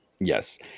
Yes